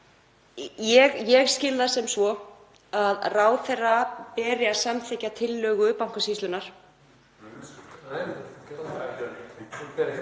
Ég skil það sem svo að ráðherra beri að samþykkja tillögu Bankasýslunnar.